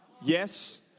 Yes